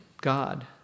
God